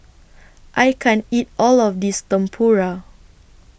I can't eat All of This Tempura